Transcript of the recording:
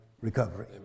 recovery